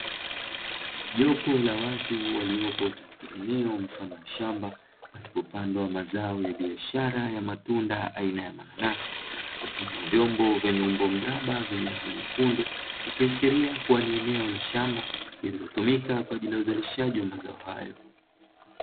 Jopo la watu waliopo katika eneo mfano wa shamba, palipopandwa mazao ya biashara ya matunda aina ya mananasi, wakiwa na vyombo vyenye umbo mraba vyenye rangi nyekundu; ikiashiria kuwa ni eneo la shamba lililotumika kwa ajili ya uzalishaji wa mazao hayo.